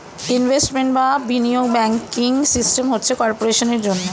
investment বা বিনিয়োগ banking system হচ্ছে কর্পোরেশনের জন্যে